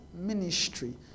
ministry